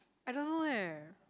I don't know eh